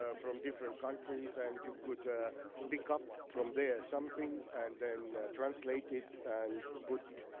ah from different countries and you could pick up from there something and then translate it and put,